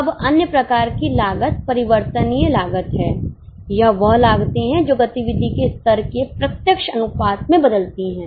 अब अन्य प्रकार की लागत परिवर्तनीय लागत है यह वह लागतें हैं जो गतिविधि के स्तर के प्रत्यक्ष अनुपात में बदलती हैं